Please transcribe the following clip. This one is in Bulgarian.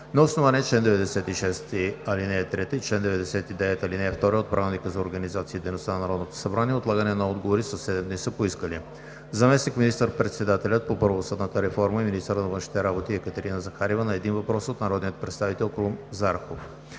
На основание чл. 96, ал. 3 и чл. 99, ал. 2 от Правилника за организацията и дейността на Народното събрание отлагане на отговори със седем дни са поискали: - заместник министър-председателят по правосъдната реформа и министър на външните работи Екатерина Захариева – на един въпрос от народния представител Крум Зарков;